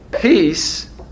Peace